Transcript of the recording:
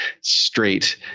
straight